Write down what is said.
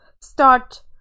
start